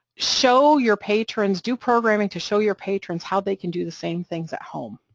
show your patrons, do programming to show your patrons how they can do the same things at home,